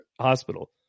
Hospital